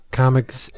comics